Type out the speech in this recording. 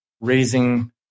raising